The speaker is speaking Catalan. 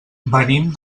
venim